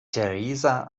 theresa